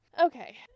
Okay